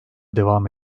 devam